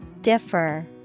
Differ